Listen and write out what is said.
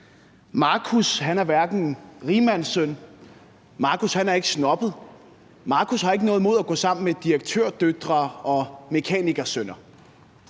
Marcus er ikke rigmandssøn, han er ikke snobbet. Marcus har ikke noget imod at gå sammen med direktørdøtre og mekanikersønner.